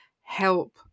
help